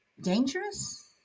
dangerous